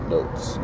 Notes